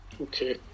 Okay